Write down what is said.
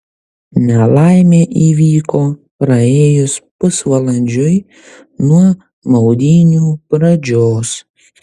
nelaimė įvyko praėjus pusvalandžiui nuo maudynių pradžios